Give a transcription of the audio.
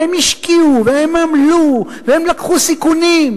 והם השקיעו, והם עמלו, והם לקחו סיכונים.